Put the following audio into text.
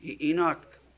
Enoch